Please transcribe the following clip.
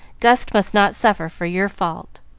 gus must not suffer for your fault.